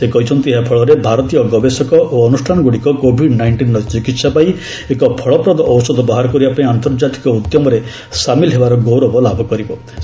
ସେ କହିଚ୍ଚନ୍ତି ଏହାଫଳରେ ଭାରତୀୟ ଗବେଷକ ଓ ଅନୁଷ୍ଠାନଗୁଡ଼ିକ କୋଭିଡ୍ ନାଇକ୍ଷିନର ଚିକିତ୍ସା ପାଇଁ ଏକ ଫଳପ୍ରଦ ଔଷଧ ବାହାର କରିବା ପାଇଁ ଆନ୍ତର୍ଜାତିକ ଉଦ୍ୟମରେ ସାମିଲ ହେବାର ଗୌରବ ଲାଭ କରିବେ